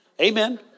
Amen